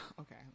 okay